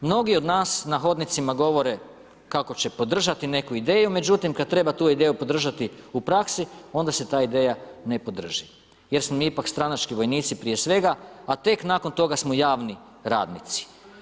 Mnogi od nas na hodnicima govore kako će podržati neku ideju, međutim kad treba tu ideju podržati u praksi onda se ta ideja ne podrži jer smo mi ipak stranački vojnici prije svega, a tek nakon toga smo javni radnici.